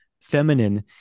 feminine